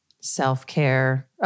Self-care